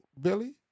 Billy